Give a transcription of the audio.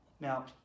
Now